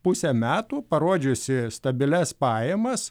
pusę metų parodžiusi stabilias pajamas